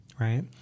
Right